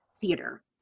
theater